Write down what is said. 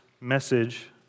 message